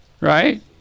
Right